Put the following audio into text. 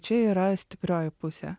čia yra stiprioji pusė